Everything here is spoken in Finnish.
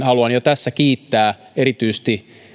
haluan jo tässä kiittää erityisesti